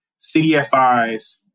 CDFIs